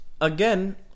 again